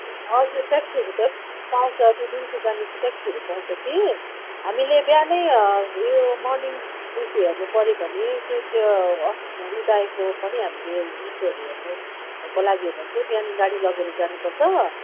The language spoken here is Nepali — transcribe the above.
हजुर ट्याक्सीहरू चाहिँ पाउँछ दिउँसो जाने चाहिँ ट्याक्सीहरू पाउँछ कि हामीले बिहानै उयो मर्निङ उस हेर्न पऱ्यो भने सूर्य अस् उदाएको पनि हामीले दृश्यहरू हेर्नको लागि हो भने चाहिँ बिहान गाडी लगेर जानुपर्छ